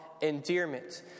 endearment